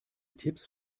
tipps